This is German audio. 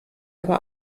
aber